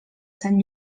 sant